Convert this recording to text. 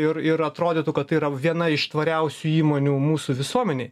ir ir atrodytų kad tai yra viena iš tvariausių įmonių mūsų visuomenėj